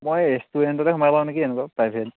মই ৰেষ্টুৰেণ্টতে সোমাই লওঁ নেকি এনেকৈ প্ৰাইভেট